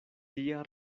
tia